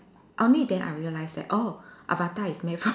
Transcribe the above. only then I realise that oh avatar is made from